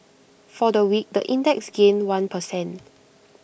for the week the index gained one per cent